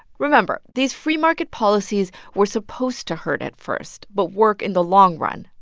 remember, these free market policies were supposed to hurt at first, but work in the long run.